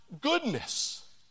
goodness